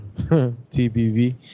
TBV